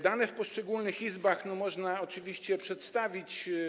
Dane z poszczególnych izb można oczywiście przedstawić.